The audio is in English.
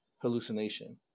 Hallucination